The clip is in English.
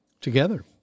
Together